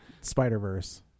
Spider-Verse